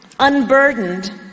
Unburdened